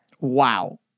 Wow